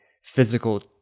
physical